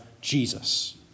Jesus